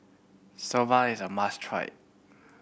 soba is a must try